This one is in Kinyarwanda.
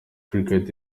cricket